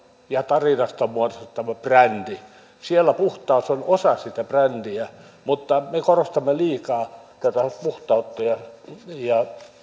ja tarinasta on muodostettava brändi puhtaus on osa sitä brändiä mutta me korostamme liikaa tätä puhtautta ja ja